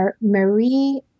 Marie